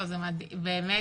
באמת,